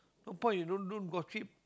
no point you don't don't gossip